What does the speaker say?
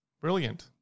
Brilliant